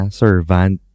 servant